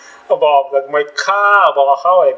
about the my car about how I